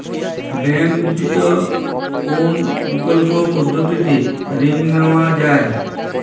Bank ব্যতিত কোন বিকল্প পদ্ধতিতে ঋণ নেওয়া যায়?